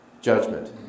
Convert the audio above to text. Judgment